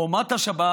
חומת השבת